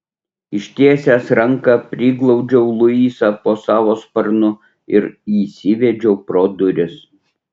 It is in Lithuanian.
ištiesęs ranką priglaudžiau luisą po savo sparnu ir įsivedžiau pro duris